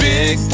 Big